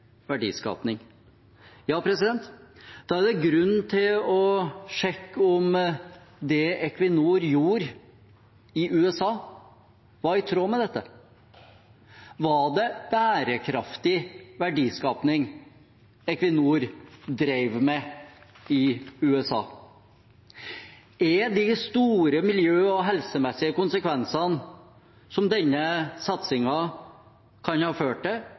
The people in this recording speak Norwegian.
da er det grunn til å sjekke om det Equinor gjorde i USA, var i tråd med dette. Var det bærekraftig verdiskaping Equinor drev med i USA? Er de store miljø- og helsemessige konsekvensene som denne satsingen kan ha ført til,